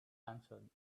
answered